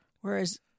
Whereas